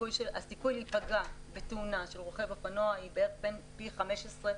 הסיכוי להיפגע בתאונה של רוכב אופנוע היא בערך פי 15,